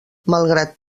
malgrat